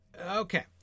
Okay